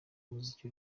muziki